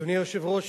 אדוני היושב-ראש,